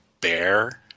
bear